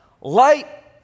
light